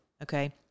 Okay